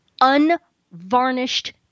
unvarnished